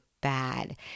bad